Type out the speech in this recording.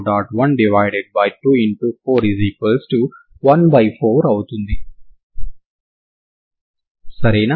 కాబట్టి u మీకు కావాల్సిన పరిష్కారం అవుతుంది ఈ విధంగా మీరు పరిష్కారాన్ని కనుగొంటారు సరేనా